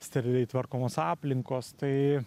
steriliai tvarkomos aplinkos tai